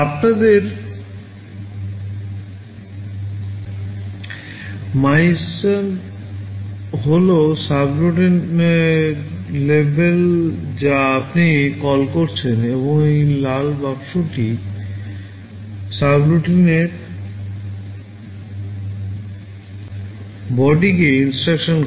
আমাদের MYSUB হল সাবউরটিনের লেবেল যা আপনি কল করছেন এবং এই লাল বাক্সটি সাব্রোটিনের বডিকে INSTRUCTION করে